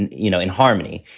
and you know, in harmony.